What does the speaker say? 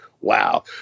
wow